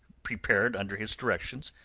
prepared under his directions,